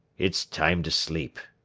it's time to sleep,